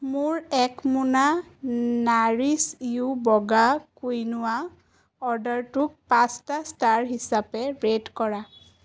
মোৰ এক মোনা নাৰিছ য়ু বগা কুইনোৱা অৰ্ডাৰটোক পাঁচটা ষ্টাৰ হিচাপে ৰেট কৰা